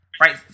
right